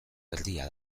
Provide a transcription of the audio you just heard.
erdia